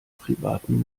privaten